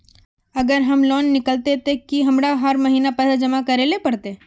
अगर हम लोन किनले ते की हमरा हर महीना पैसा जमा करे ले पड़ते?